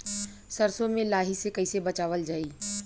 सरसो में लाही से कईसे बचावल जाई?